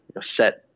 set